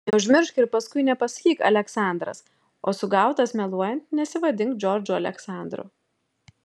neužmiršk ir paskui nepasakyk aleksandras o sugautas meluojant nesivadink džordžu aleksandru